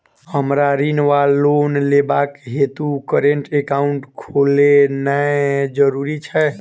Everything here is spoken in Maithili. हमरा ऋण वा लोन लेबाक हेतु करेन्ट एकाउंट खोलेनैय जरूरी छै?